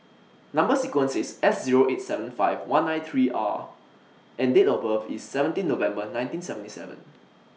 Number sequence IS S Zero eight seven five one nine three R and Date of birth IS seventeen November nineteen seventy seven